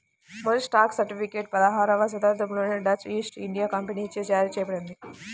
మొదటి stock certificate పదహారవ శతాబ్దంలోనే డచ్ ఈస్ట్ ఇండియా కంపెనీచే జారీ చేయబడింది